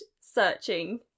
searching